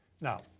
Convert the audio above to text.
Now